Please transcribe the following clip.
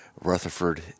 Rutherford